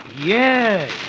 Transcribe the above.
Yes